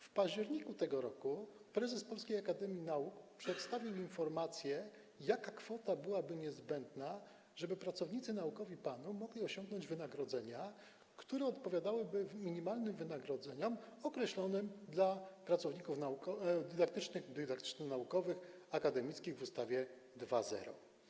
W październiku tego roku prezes Polskiej Akademii Nauk przedstawił informację, jaka kwota byłaby niezbędna, żeby pracownicy naukowi PAN-u mogli osiągnąć wynagrodzenia, które odpowiadałyby minimalnym wynagrodzeniom określonym dla pracowników dydaktycznych i dydaktyczno-naukowych, akademickich w ustawie 2.0.